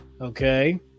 Okay